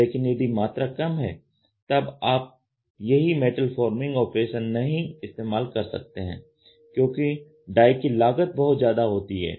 लेकिन यदि मात्रा कम है तब आप यही मेटल फॉर्मिंग ऑपरेशन नहीं इस्तेमाल कर सकते हैं क्योंकि डाई की लागत बहुत ज्यादा होती है